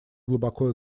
глубоко